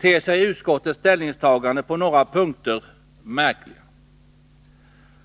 ter sig utskottets ställningstaganden på några punkter märkliga.